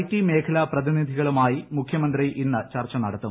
T മേഖല പ്രതിനിധികളുമായി മുഖ്യമന്ത്രി ഇന്ന് ചർച്ച നടത്തും